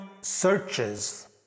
searches